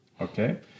Okay